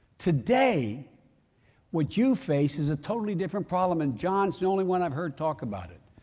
today what you face is a totally different problem and john's the only one i've heard talk about it.